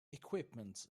equipment